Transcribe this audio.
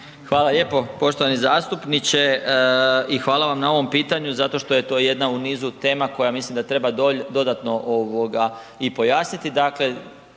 Hvala lijepo. Poštovani zastupniče. Hvala vam na ovom pitanju zato što je to jedna u nizu od tema koje mislim da treba dodatno i pojasniti.